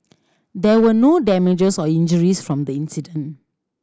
there were no damages or injuries from the incident